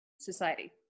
society